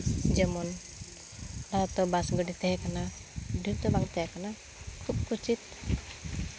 ᱡᱮᱢᱚᱱ ᱞᱟᱦᱟᱛᱮ ᱵᱟᱥ ᱜᱟᱹᱰᱤ ᱛᱟᱦᱮᱸ ᱠᱟᱱᱟ ᱰᱷᱮᱨ ᱫᱚ ᱵᱟᱝ ᱛᱟᱦᱮᱸ ᱠᱟᱱᱟ ᱠᱷᱩᱵᱽ ᱠᱩᱪᱤᱛ